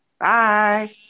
Bye